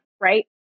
right